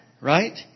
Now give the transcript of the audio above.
Right